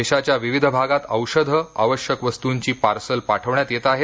देशाच्या विविध भागांत औषधे आवश्यक वस्तूंची पार्सल्स पाठविण्यात येत आहेत